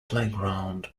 playground